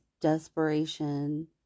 desperation